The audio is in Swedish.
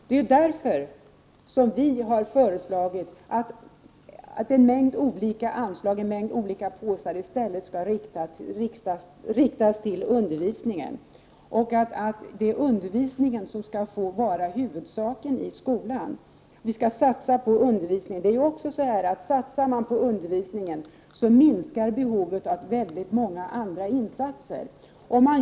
Det är därför som vi har föreslagit att en mängd olika anslag och ”påsar” i stället skall riktas till undervisningen. Det är undervisningen som skall vara huvudsaken i skolan. Satsar man på undervisningen, minskar behovet av många andra insatser.